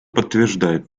подтверждает